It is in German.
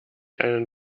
einen